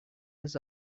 was